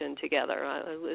together